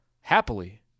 Happily